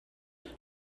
und